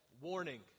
warning